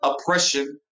oppression